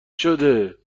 شده